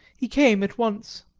he came at once